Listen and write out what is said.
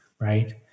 right